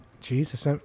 Jesus